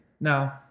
Now